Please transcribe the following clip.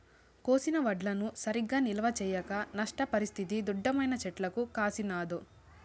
కోసిన వడ్లను సరిగా నిల్వ చేయక నష్టపరిస్తిది దుడ్డేమైనా చెట్లకు కాసినాదో